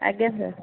ଆଜ୍ଞା ସାର୍